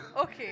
Okay